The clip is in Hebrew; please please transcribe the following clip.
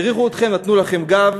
העריכו אתכם ונתנו לכם גב,